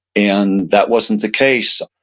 and that wasn't the case.